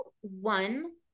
one